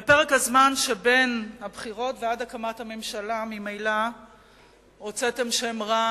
בפרק הזמן שבין הבחירות ועד הקמת הממשלה ממילא הוצאתם שם רע